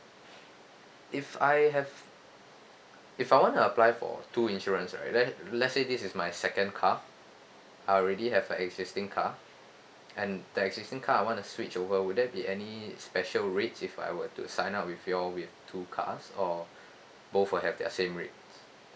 if I have if I wanna apply for two insurance right let let's say this is my second car I already have an existing car and the existing car I wanna switch over will there be any special rates if I were to sign up with you all with two cars or both will have their same rate